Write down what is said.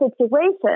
situation